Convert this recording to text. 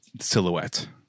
silhouette